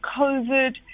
COVID